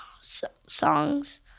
songs